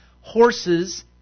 horses